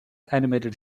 animated